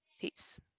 Peace